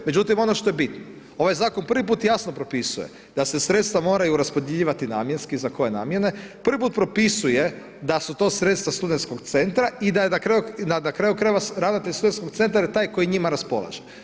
Međutim, ono što je bitno, ovaj zakon prvi put jasno propisuje da se sredstva moraju raspodjeljivati namjenski za koje namjene, prvi put propisuje da su to sredstva studentskog centra i da na kraju krajeva ravnatelj studentskog centra je taj koji njima raspolaže.